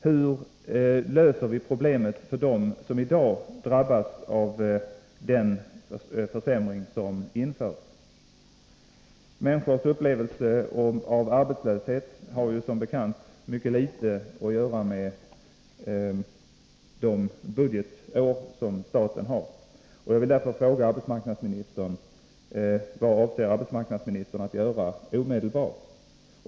Hur löser vi problemet för dem som i dag drabbas av den försämring som genomförts? Människors upplevelse av arbetslöshet har som bekant mycket litet att göra med de budgetår staten arbetar efter. Jag vill därför fråga arbetsmarknadsministern: Vad avser arbetsmarknadsministern att göra omedelbart?